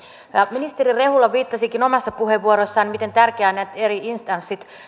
ministeri rehula viittasikin omassa puheenvuorossaan siihen miten tärkeää on että nämä eri instanssit